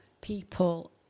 people